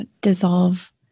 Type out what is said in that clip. dissolve